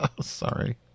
Sorry